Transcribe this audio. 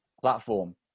platform